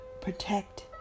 protect